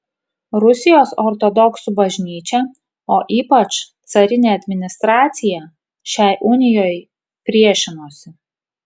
rusijos ortodoksų bažnyčia o ypač carinė administracija šiai unijai priešinosi